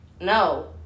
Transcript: no